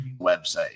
Website